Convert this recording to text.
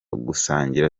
gusangira